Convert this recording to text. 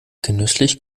genüsslich